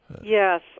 Yes